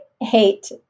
hate